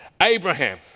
Abraham